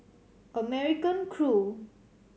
American Crew